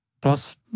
plus